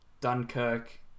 Dunkirk